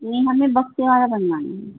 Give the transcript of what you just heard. نہیں ہمیں بکسے والا بنوانا ہے